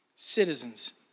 Citizens